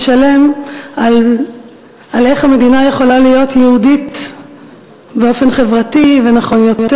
שלם איך המדינה יכולה להיות יהודית באופן חברתי ונכון יותר,